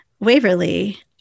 waverly